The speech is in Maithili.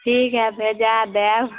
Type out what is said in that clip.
ठीक हइ भेजा देब